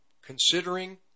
considering